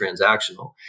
transactional